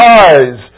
eyes